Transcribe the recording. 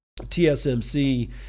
TSMC